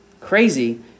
crazy